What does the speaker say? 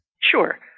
Sure